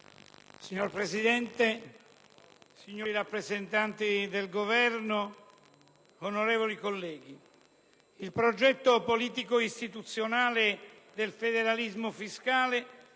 Signora Presidente, signori rappresentanti del Governo, onorevoli colleghi, il progetto politico-istituzionale del federalismo fiscale